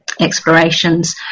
explorations